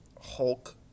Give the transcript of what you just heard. hulk